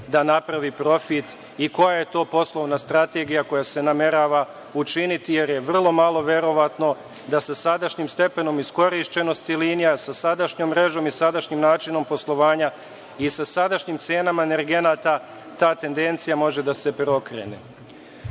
da napravi profit i koja je to poslovna strategija koja se namerava učiniti jer je vrlo malo verovatno da sa sadašnjim stepenom iskorišćenosti linija sa sadašnjom mrežom i sadašnjim načinom poslovanja i sa sadašnjim cenama energenata ta tendencija može da se preokrene? Drugo